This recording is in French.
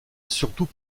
surtout